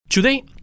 Today